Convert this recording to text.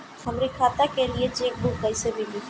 हमरी खाता के लिए चेकबुक कईसे मिली?